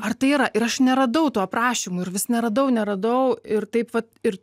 ar tai yra ir aš neradau tų aprašymų ir vis neradau neradau ir taip vat ir